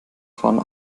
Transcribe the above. fahren